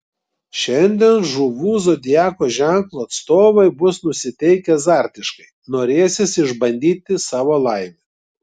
šiandien žuvų zodiako ženklo atstovai bus nusiteikę azartiškai norėsis išbandyti savo laimę